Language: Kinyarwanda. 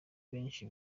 benshi